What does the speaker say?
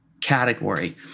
category